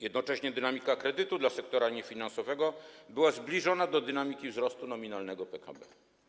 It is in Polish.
Jednocześnie dynamika kredytu dla sektora niefinansowego była zbliżona do dynamiki wzrostu nominalnego PKB.